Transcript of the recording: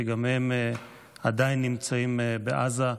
שעדיין נמצאים בעזה,